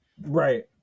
Right